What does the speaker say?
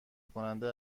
کننده